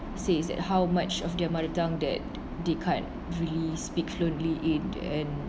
says that how much of their mother tongue that they can't really speak fluently in and